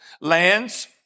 lands